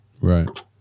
Right